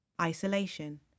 Isolation